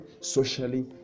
socially